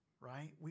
Right